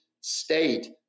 state